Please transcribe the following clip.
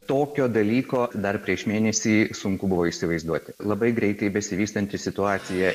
tokio dalyko dar prieš mėnesį sunku buvo įsivaizduoti labai greitai besivystanti situacija